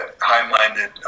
high-minded